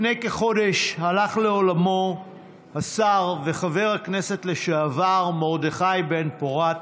לפני כחודש הלך לעולמו השר וחבר הכנסת לשעבר מרדכי בן-פורת.